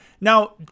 Now